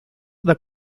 the